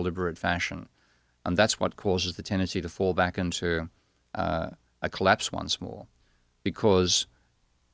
deliberate fashion and that's what causes the tendency to fall back into a collapse once more because